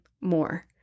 more